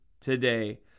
today